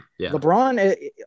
LeBron